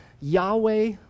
Yahweh